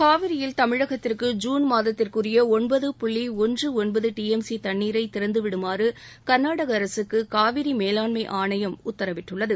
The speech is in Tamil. காவிரியில் தமிழகத்திற்கு ஜூன் மாதத்திற்குரிய ஒன்பது புள்ளி ஒன்று ஒன்பது டி எம் சி தன்னீரை திறந்துவிடுமாறு கர்நாடக அரசுக்கு காவிரி மேலாண்மை ஆணையம் உத்தரவிட்டுள்ளது